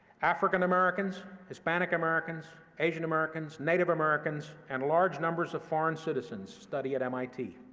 african-americans, hispanic-americans, asian-americans, native americans, and large numbers of foreign citizens study at mit.